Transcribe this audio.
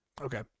okay